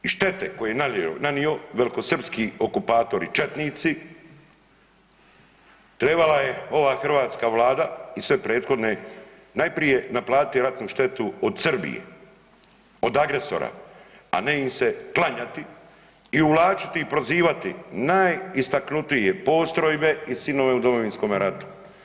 I štete koje je nanio velikosrpski okupatori, četnici trebala je ova hrvatska Vlada i sve prethodne najprije naplatiti ratnu štetu od Srbije, od agresora a ne im se klanjati i uvlačiti i prozivati najistaknutije postrojbe i sinove u Domovinskome ratu.